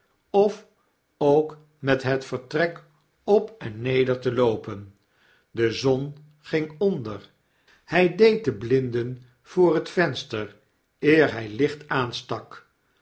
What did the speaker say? of oofc met het vertrek op en neder te loopen de zon ging onder hg deed de blinden voor het venster eer hij licht aanstak